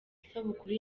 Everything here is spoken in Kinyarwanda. isabukuru